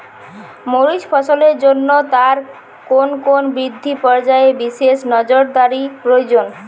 মরিচ ফলনের জন্য তার কোন কোন বৃদ্ধি পর্যায়ে বিশেষ নজরদারি প্রয়োজন?